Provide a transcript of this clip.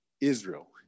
Israel